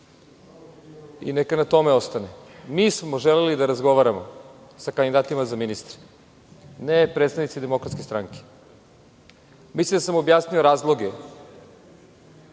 i neka na tome ostane. Mi smo želeli da razgovaramo sa kandidatima za ministre, ne predstavnici DS. Mislim da sam objasnio razloge.